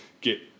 get